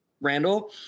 Randall